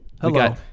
Hello